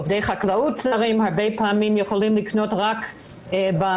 עובדי חקלאות זרים הרבה פעמים יכולים לקנות רק בחנויות,